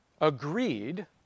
agreed